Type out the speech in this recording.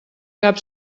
cap